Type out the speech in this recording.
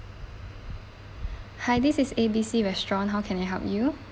hi this is A_B_C restaurant how can I help you